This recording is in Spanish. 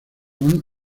van